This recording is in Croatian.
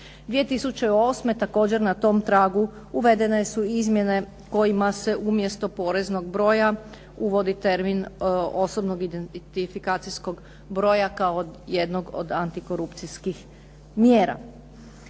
2008. također na tom tragu uvedene su izmjene kojima se umjesto poreznog broja uvodi termin osobnog identifikacijskog broja kao jednog od antikorupcijskih mjera.